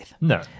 No